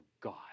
God